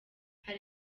hari